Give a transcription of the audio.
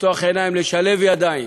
לפתוח עיניים, לשלב ידיים